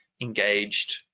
engaged